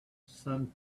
some